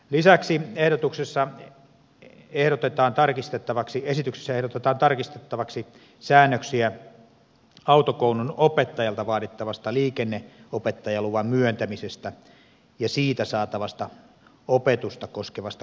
lisäksi esityksessä ehdotetaan tarkistettavaksi säännöksiä autokoulunopettajalta vaadittavasta liikenneopettajaluvan myöntämisestä ja siitä saatavasta opetusta koskevasta kelpoisuudesta